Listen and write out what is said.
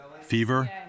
fever